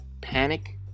panic